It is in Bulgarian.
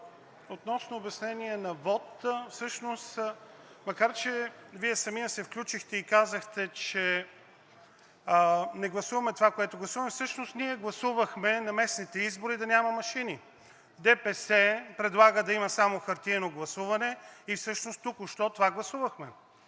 относно обяснение на вот всъщност, макар че Вие самият се включихте и казахте, че не гласуваме това, което гласуваме. Всъщност ние гласувахме на местните избори да няма машини. ДПС предлага да има само хартиено гласуване и всъщност току-що това гласувахме